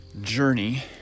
journey